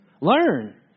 Learn